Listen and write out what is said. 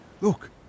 Look